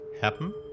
happen